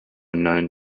known